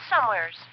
somewheres